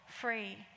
free